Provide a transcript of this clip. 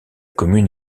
commune